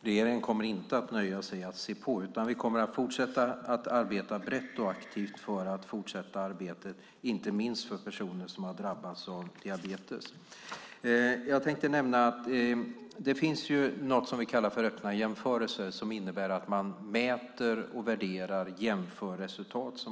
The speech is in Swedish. Regeringen kommer inte att nöja sig med att se på. Vi kommer att fortsätta att arbeta brett och aktivt inte minst för personer som har drabbats av diabetes. Det finns något som vi kallar för öppna jämförelser som innebär att man mäter, värderar och jämför resultat.